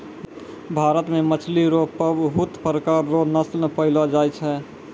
भारत मे मछली रो पबहुत प्रकार रो नस्ल पैयलो जाय छै